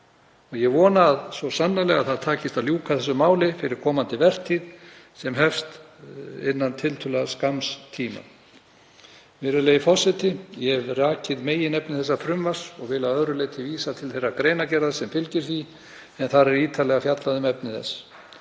Ég vona að það takist að ljúka þessu máli fyrir komandi vertíð sem hefst innan tiltölulega skamms tíma. Virðulegi forseti. Ég hef rakið meginefni þessa frumvarps og vil að öðru leyti vísa til þeirrar greinargerðar sem fylgir því en þar er ítarlega fjallað um efni þess.